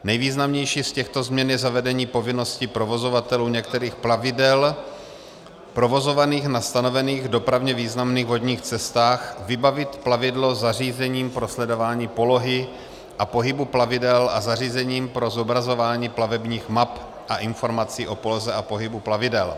Nejvýznamnější z těchto změn je zavedení povinnosti provozovatelů některých plavidel provozovaných na stanovených dopravně významných vodních cestách vybavit plavidlo zařízením pro sledování polohy a pohybu plavidel a zařízením pro zobrazování plavebních map a informací o poloze a pohybu plavidel.